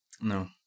No